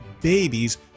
babies